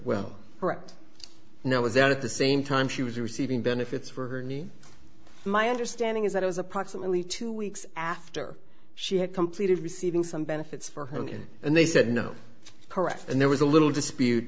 well right now is that at the same time she was receiving benefits for her knee my understanding is that it was approximately two weeks after she had completed receiving some benefits for her and they said no correct and there was a little dispute